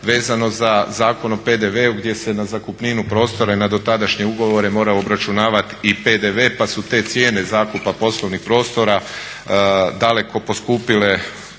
vezano za Zakon o PDV-u gdje se na zakupninu prostora i na dotadašnje ugovore mora obračunavati i PDV pa su te cijene zakupa poslovnih prostora daleko poskupile,